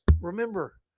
Remember